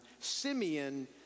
Simeon